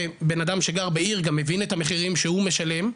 ובן אדם שגר בעיר גם מבין את המחירים שהוא משלם,